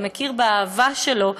אתה מכיר באהבה שלו.